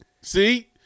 See